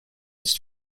its